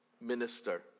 minister